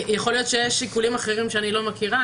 יכול להיות שיש עיקולים אחרים שאני לא מכירה,